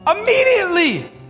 Immediately